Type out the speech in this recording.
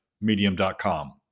medium.com